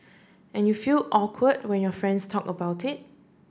and you feel awkward when your friends talk about it